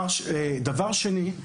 שנית,